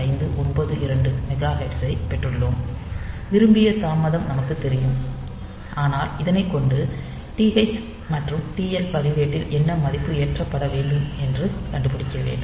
0592 மெகாஹெர்ட்ஸைப் பெற்றுள்ளோம் விரும்பிய தாமதம் நமக்குத் தெரியும் ஆனால் இதனைக் கொண்டு TH மற்றும் TL பதிவேட்டில் என்ன மதிப்பு ஏற்றப்பட வேண்டும் என்று கண்டுபிடிக்க வேண்டும்